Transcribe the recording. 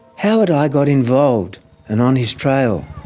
how had i got involved and on his trail?